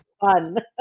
fun